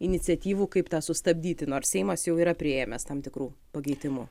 iniciatyvų kaip tą sustabdyti nors seimas jau yra priėmęs tam tikrų pakeitimų